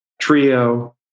trio